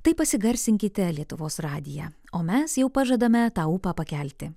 tai pasigarsinkite lietuvos radiją o mes jau pažadame tą ūpą pakelti